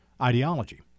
ideology